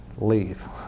leave